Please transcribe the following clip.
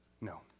No